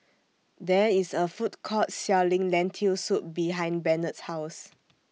There IS A Food Court Selling Lentil Soup behind Bennett's House